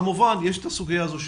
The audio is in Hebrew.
כמובן יש את הסוגיה הזאת,